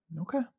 Okay